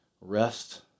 rest